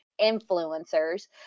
influencers